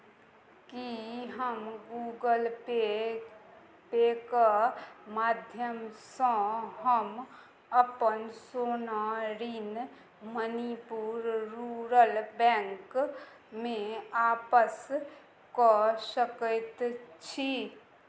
की हम Google Pay पे के माध्यमसँ हम अपन सोना ऋण मणिपुर रूरल बैंकमे आपस कऽ सकैत छी